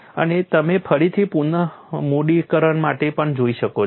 અને તમે ફરીથી પુનઃમૂડીકરણ માટે પણ જોઈ શકો છો